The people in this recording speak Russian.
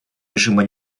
режима